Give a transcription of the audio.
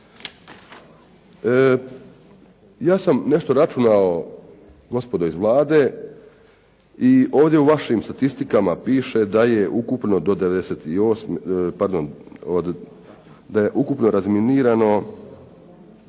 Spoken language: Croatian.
Ja sam nešto računao gospodo iz Vlade i ovdje u vašim statistikama piše da je ukupno razminirano